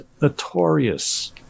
notorious